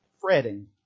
fretting